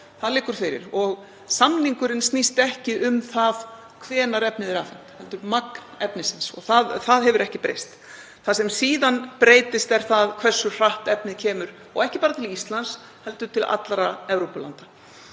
Það liggur fyrir. Samningurinn snýst ekki um það hvenær efnið er afhent heldur magn efnisins. Það hefur ekki breyst. Það sem breytist síðan er það hversu hratt efnið kemur, og ekki bara til Íslands heldur til allra Evrópulanda.